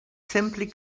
simply